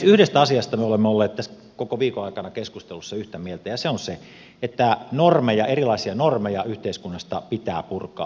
yhdestä asiasta me olemme olleet tässä koko viikon aikana keskusteluissa yhtä mieltä ja se on se että erilaisia normeja yhteiskunnasta pitää purkaa